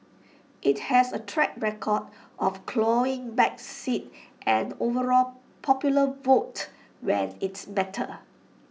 IT has A track record of clawing back seats and overall popular vote when IT mattered